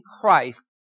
Christ